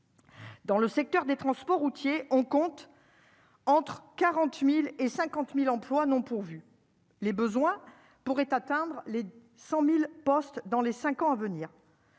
Dans le secteur des transports routiers, on compte entre 40000 et 50000 emplois non pourvus les besoins pourrait atteindre les 100000 postes dans les 5 ans à venir.